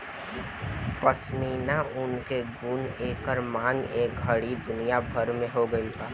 पश्मीना ऊन के गुण आ गरमाहट के चलते एकर मांग ए घड़ी दुनिया भर में हो गइल बा